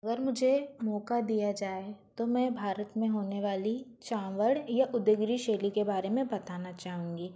अगर मुझे मौका दिया जाए तो मैं भारत में होने वाली चाँवड़ या उदयगिरि शैली के बारे में बताना चाहूँगी